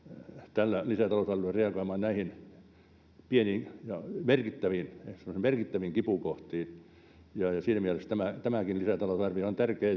tällä lisätalousarviolla reagoimaan näihin pieniin ja merkittäviin merkittäviin kipukohtiin siinä mielessä tämäkin lisätalousarvio on tärkeä